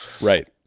Right